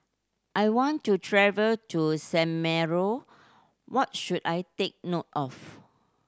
I want to travel to San Marino what should I take note of